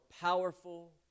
powerful